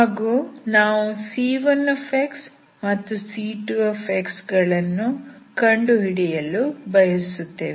ಹಾಗೂ ನಾವು c1x ಮತ್ತು c2x ಗಳನ್ನು ಕಂಡುಹಿಡಿಯಲು ಬಯಸುತ್ತೇವೆ